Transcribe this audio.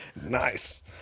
Nice